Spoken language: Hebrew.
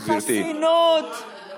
החסינות,